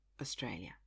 Australia